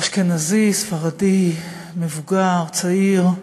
אשכנזי, ספרדי, מבוגר, צעיר.